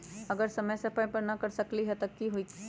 अगर समय समय पर न कर सकील त कि हुई?